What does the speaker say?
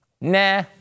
nah